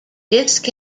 disk